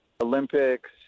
Olympics